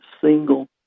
single